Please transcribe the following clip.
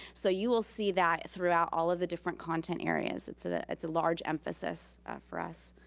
so you will see that throughout all of the different content areas. it's ah it's a large emphasis for us.